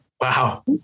Wow